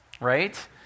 right